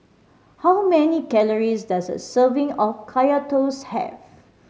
how many calories does a serving of Kaya Toast have